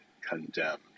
condemned